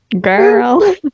girl